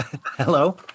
Hello